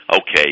okay